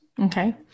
Okay